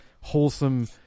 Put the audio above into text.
wholesome